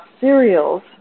cereals